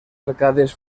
arcades